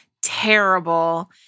terrible